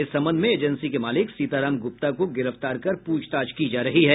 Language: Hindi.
इस संबंध में एजेंसी के मालिक सीताराम गुप्ता को गिरफ्तार कर पूछताछ की जा रही है